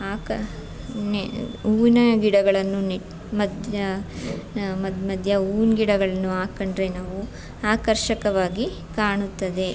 ಹಾಕ ನೆ ಹೂವಿನ ಗಿಡಗಳನ್ನು ನೆ ಮಧ್ಯ ಮಧ್ಯ ಮಧ್ಯ ಹೂವಿನ್ ಗಿಡಗಳನ್ನು ಹಾಕಂಡ್ರೆ ನಾವು ಆಕರ್ಷಕವಾಗಿ ಕಾಣುತ್ತದೆ